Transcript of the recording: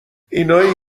اینایی